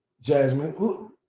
Jasmine